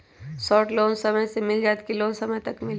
Loan short समय मे मिल जाएत कि लोन समय तक मिली?